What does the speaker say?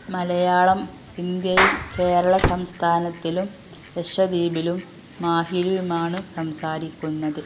മലയാളം ഇന്ത്യയിൽ കേരള സംസ്ഥാനത്തിലും ലക്ഷദ്വീപിലും മാഹിയിലുമാണ് സംസാരിക്കുന്നത്